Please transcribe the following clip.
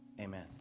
Amen